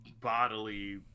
bodily